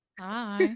Hi